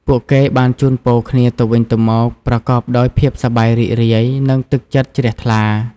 ពួកគេបានជូនពរគ្នាទៅវិញទៅមក ប្រកបដោយភាពសប្បាយរីករាយ និង ទឹកចិត្តជ្រះថ្លា។